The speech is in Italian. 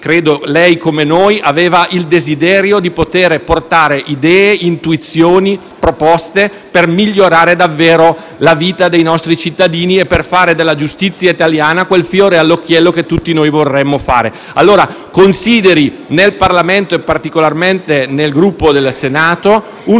banchi e, come noi, aveva il desiderio di portare idee, intuizioni e proposte per migliorare davvero la vita dei nostri cittadini e per fare della giustizia italiana quel fiore all'occhiello che tutti noi vorremmo fosse. Ci consideri, allora, nel Parlamento, e particolarmente nel Gruppo del Senato, un